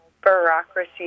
bureaucracy